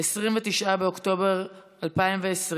29 באוקטובר 2020,